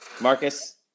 Marcus